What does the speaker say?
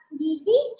didi